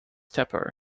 tepper